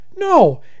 no